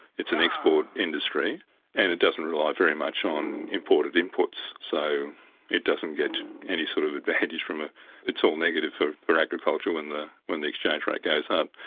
it's an export industry and it doesn't rely very much on imported inputs. so it doesn't get any sort of advantage from, ah it's all negative for for agriculture when the when the exchange rate goes up.